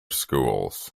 schools